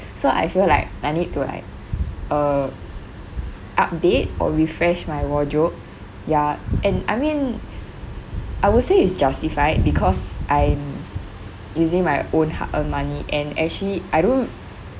so I feel like I need to like uh update or refresh my wardrobe ya and I mean I would say it's justified because I'm using my own hard earned money and actually I don't